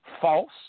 false